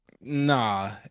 Nah